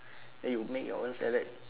then you make your own salad